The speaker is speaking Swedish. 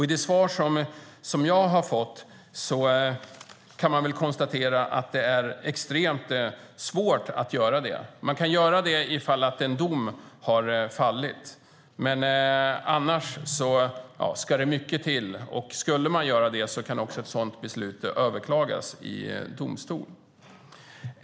I det svar jag har fått kan man konstatera att det är extremt svårt att göra detta. Man kan göra det ifall en dom har fallit, men annars ska det mycket till. Och skulle man göra det kan ett sådant beslut överklagas i domstol.